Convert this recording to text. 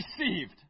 received